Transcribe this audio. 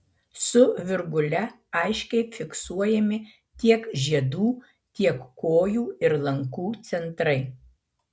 su virgule aiškiai fiksuojami tiek žiedų tiek kojų ir lankų centrai